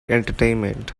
entertainment